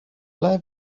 ble